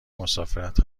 مسافرت